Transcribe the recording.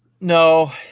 No